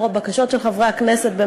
לאור הבקשות של חברי הכנסת,